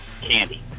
Candy